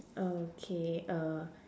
okay err